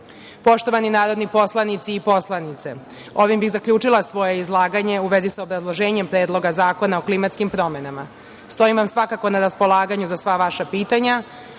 EU.Poštovani narodni poslanici i poslanice, ovim bih zaključila svoje izlaganje u vezi sa obrazloženjem Predloga zakona o klimatskim promenama. Stojim vam svakako na raspolaganju za sva vaša pitanja,